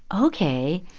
ok,